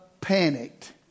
panicked